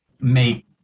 make